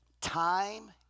time